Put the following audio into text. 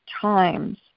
times